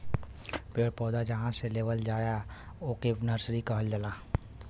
पेड़ पौधा जहां से लेवल जाला ओके नर्सरी कहल जाला